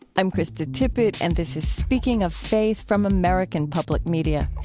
i'm krista tippett, and this is speaking of faithfrom american public media.